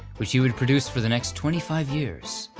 which he would produce for the next twenty five years.